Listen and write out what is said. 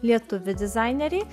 lietuvių dizaineriai